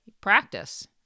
practice